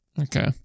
Okay